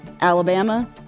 Alabama